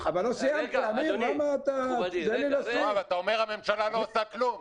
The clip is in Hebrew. אתה אומר שהממשלה לא עושה כלום.